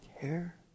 care